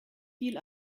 viel